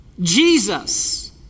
Jesus